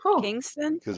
Kingston